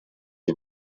die